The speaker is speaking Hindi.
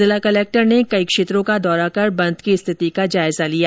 जिला कलेक्टर ने कई क्षेत्रों का दौरा कर बंद की स्थिति का जायजा लिया